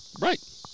right